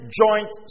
joint